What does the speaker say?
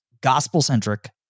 gospel-centric